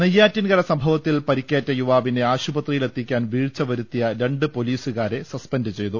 നെയ്യാറ്റിൻകര സംഭവത്തിൽ പരിക്കേറ്റ യുവാവിനെ ആശുപ ത്രിയിലെത്തിക്കാൻ വീഴ്ച വരുത്തിയ രണ്ട് പൊലീസുകാരെ സസ്പെന്റ് ചെയ്തു